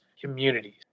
communities